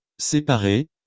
séparer